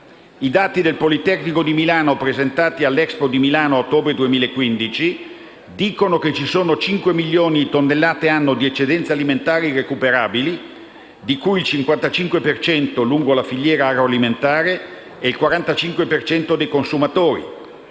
I dati del Politecnico di Milano, presentati all'Expo di Milano nell'ottobre 2015, dicono che ci sono 5 milioni di tonnellate annue di eccedenze alimentari recuperabili, di cui il 55 per cento lungo la filiera agroalimentare e il 45 per cento dei consumatori.